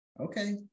Okay